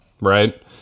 right